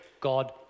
God